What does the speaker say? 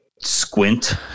squint